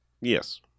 Yes